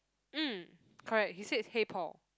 mm correct he said hey Paul